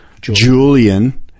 Julian